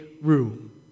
room